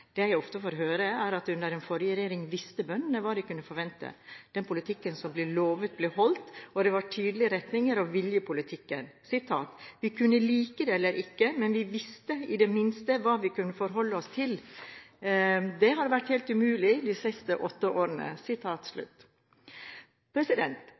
Det jeg ofte får høre, er at under den forrige regjering visste bøndene hva de kunne forvente, den politikken som ble lovet, ble holdt, og det var en tydelig retning og vilje i politikken: «Vi kunne like det eller ikke, men vi visste i det minste hva vi kunne forholde oss til. Det har vært helt umulig i de siste åtte årene.»